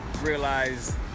Realize